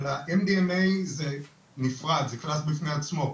אבל ה-MDMA זה נפרד, זה בפני עצמו.